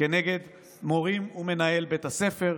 נגד מורים ומנהל בית הספר.